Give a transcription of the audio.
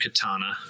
katana